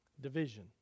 division